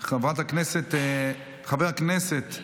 חבר הכנסת